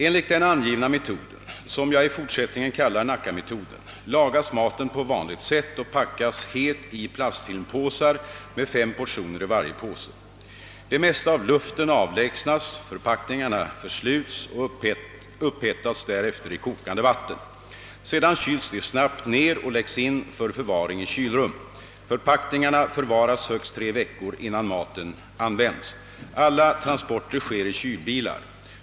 Enligt den angivna metoden — som jag i fortsättningen kallar Nackametoden — lagas maten på vanligt sätt och packas het i plastfilmpåsar med fem portioner i varje påse. Det mesta av luften avlägsnas, förpackningarna försluts och upphettas därefter i kokande vatten. Sedan kyls de snabbt ner och läggs in för förvaring i kylrum. Förpackningarna förvaras högst tre veckor innan maten används. Alla transporter sker i kylbilar.